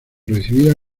recibida